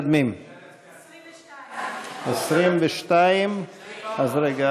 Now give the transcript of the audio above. הסתייגות מס' 16, לסעיף 3, התוצאה: 48 בעד,